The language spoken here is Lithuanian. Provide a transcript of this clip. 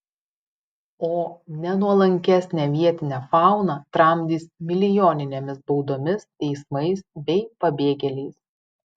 o nenuolankesnę vietinę fauną tramdys milijoninėmis baudomis teismais bei pabėgėliais